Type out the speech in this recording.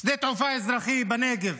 שדה תעופה אזרחי בנגב.